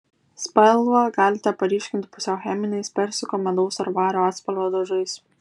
spalvą galite paryškinti pusiau cheminiais persiko medaus ar vario atspalvio dažais